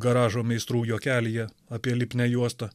garažo meistrų juokelyje apie lipnią juostą